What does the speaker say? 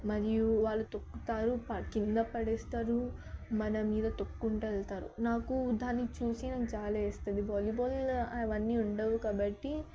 మరియు వాళ్ళు తొక్కుతారు ప కింద పడేస్తారు మన మీద తొక్కుకుంటు వెళ్తారు నాకు దాన్ని చూసి జాలి వేస్తుంది వాలీబాల్ అవన్నీ ఉండవు కాబట్టి